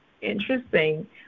interesting